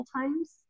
times